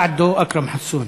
בַּעְדו, אכרם חסון.